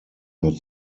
not